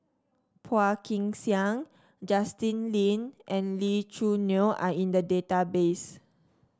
Phua Kin Siang Justin Lean and Lee Choo Neo are in the database